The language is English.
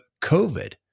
COVID